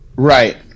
Right